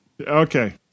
Okay